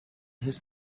his